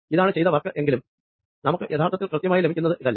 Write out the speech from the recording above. ഇതാണ് ചെയ്ത വർക്ക് എങ്കിലും നമുക്ക് യഥാർത്ഥത്തിൽ കൃത്യമായി ലഭിക്കുന്നത് ഇതല്ല